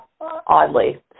oddly